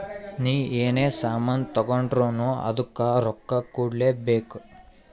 ನೀ ಎನೇ ಸಾಮಾನ್ ತಗೊಂಡುರ್ನೂ ಅದ್ದುಕ್ ರೊಕ್ಕಾ ಕೂಡ್ಲೇ ಬೇಕ್